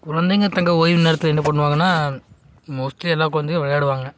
குழந்தைங்கள் தங்கள் ஓய்வு நேரத்தில் என்ன பண்ணுவாங்கன்னால் மோஸ்ட்லி எல்லா குழந்தையும் விளையாடுவாங்க